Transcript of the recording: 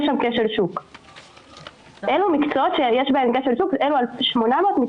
ש --- יוקצו להם 800 עובדים.